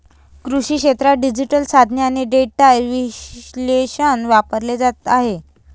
कृषी क्षेत्रात डिजिटल साधने आणि डेटा विश्लेषण वापरले जात आहे